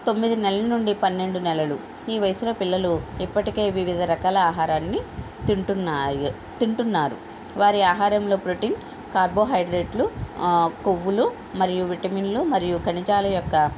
తొమ్మిది నెలలునుండి పన్నెండు నెలలు ఈ వయసులో పిల్లలు ఇప్పటికే వివిధ రకాల ఆహారాన్ని తింటున్నాయి తింటున్నారు వారి ఆహారంలో ప్రోటీన్ కార్బోహైడ్రేట్లు క్రొవ్వులు మరియు విటమిన్లు మరియు ఖనిజాల యొక్క